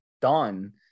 done